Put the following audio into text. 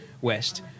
west